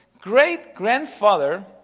great-grandfather